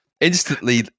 instantly